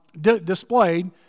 displayed